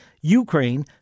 Ukraine